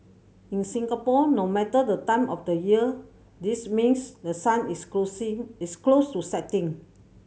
in Singapore no matter the time of the year this means the sun is closing is close to setting